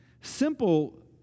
Simple